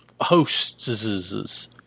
hosts